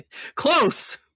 Close